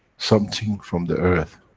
something from the earth,